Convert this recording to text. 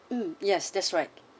mm yes that's right